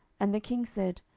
and the king said,